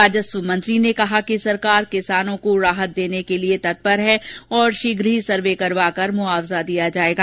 राजस्व मंत्री ने कहा कि सरकार किसानों को राहत देने के लिए तत्पर है और शीघ ही सर्वे करवाकर मुआवजा दिया जाएगा